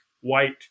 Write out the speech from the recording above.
white